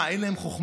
מה, אין להם חוכמה?